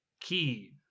key